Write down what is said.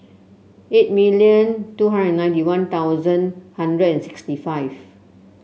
eight million two hundred and ninety One Thousand hundred and sixty five